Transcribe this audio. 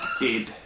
dead